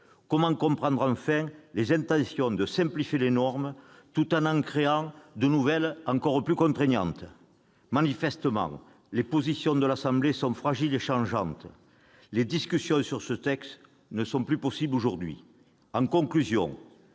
Comment comprendre, enfin, que l'on affirme vouloir simplifier les normes tout en en créant de nouvelles encore plus contraignantes ? Manifestement, les positions de l'Assemblée nationale sont fragiles et changeantes. Les discussions sur ce texte ne sont plus possibles aujourd'hui.